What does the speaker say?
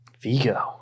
Vigo